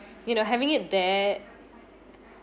you know having it there